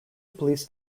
police